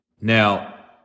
Now